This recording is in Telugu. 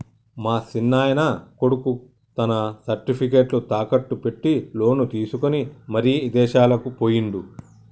మా సిన్నాయన కొడుకు తన సర్టిఫికేట్లు తాకట్టు పెట్టి లోను తీసుకొని మరి ఇదేశాలకు పోయిండు